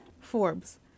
Forbes